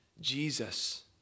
Jesus